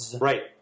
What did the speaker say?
Right